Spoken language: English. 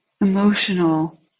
emotional